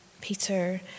Peter